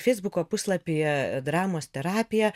feisbuko puslapyje dramos terapija